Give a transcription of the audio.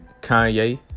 Kanye